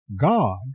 God